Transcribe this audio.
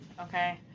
Okay